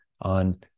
on